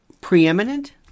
preeminent